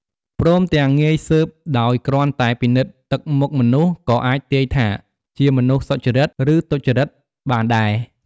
ព្រមទាំងងាយស៊ើបដោយគ្រាន់តែ ពិនិត្យទឹកមុខមនុស្ស ក៏អាចទាយថា ជាមនុស្សសុចរិត ឬទុច្ចរិតបានដែរ។